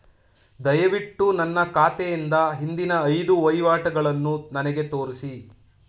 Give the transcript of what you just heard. ದಯವಿಟ್ಟು ನನ್ನ ಖಾತೆಯಿಂದ ಹಿಂದಿನ ಐದು ವಹಿವಾಟುಗಳನ್ನು ನನಗೆ ತೋರಿಸಿ